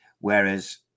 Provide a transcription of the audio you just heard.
Whereas